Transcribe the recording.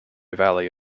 valley